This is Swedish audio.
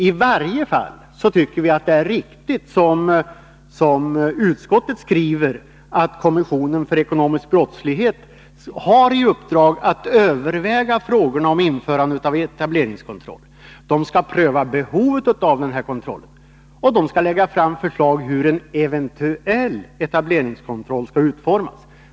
I varje fall tycker vi det är riktigt, som utskottet skriver, att kommissionen för ekonomisk brottslighet har i uppdrag att överväga frågorna om införande av etableringskontroll. Den skall pröva behovet av en sådan kontroll, och den skall lägga fram förslag om hur en eventuell etableringskontroll skall utformas.